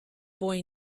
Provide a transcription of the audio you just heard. boy